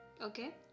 Okay